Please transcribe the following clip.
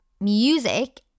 music